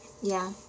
ya